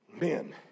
men